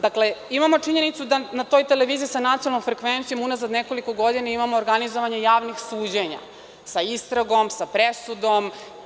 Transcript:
Dakle, imamo činjenicu da na toj televiziji sa nacionalnom frekvencijom unazad nekoliko godina imamo organizovanje javnih suđenja, sa istragom, sa presudom.